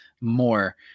more